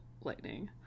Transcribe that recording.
lightning